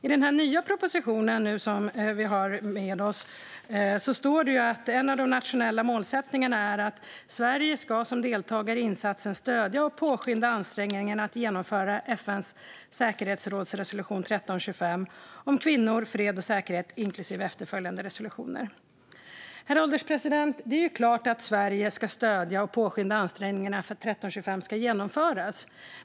I den nya propositionen står det att en av de nationella målsättningarna är att Sverige som deltagare i insatsen ska "stödja och påskynda ansträngningarna att genomföra FN:s säkerhetsråds resolution 1325 om kvinnor fred och säkerhet, inklusive efterföljande resolutioner". Herr ålderspresident! Det är klart att Sverige ska stödja och påskynda ansträngningarna för att 1325 ska genomföras.